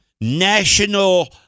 national